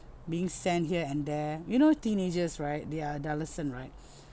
being send here and there you know teenagers right they are adolescent right